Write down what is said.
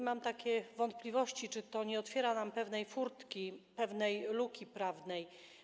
Mam takie wątpliwości: Czy to nie otwiera nam pewnej furtki, pewnej luki prawnej?